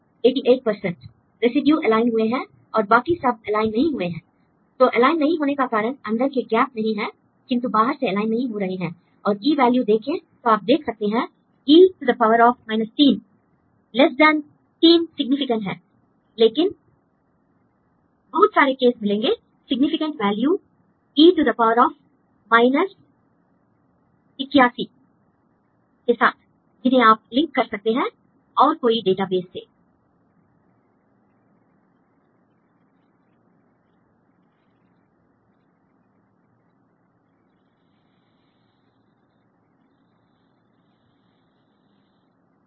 student 88 percent residue align हुए हैं और बाकी सब एलाइन नहीं हुए हैं l तो एलाइन नहीं होने का कारण अंदर के गैप नहीं हैं किंतु बाहर से एलाइन नहीं हो रहे हैं और E वैल्यू देखें तो आप देख सकते हैं e 3 l less than 3 significant है लेकिन बहुत सारे केस मिलेंगे सिग्निफिकेंट वैल्यू e 81 के साथ जिन्हें आप लिंक कर सकते हैं और कोई डेटाबेस से l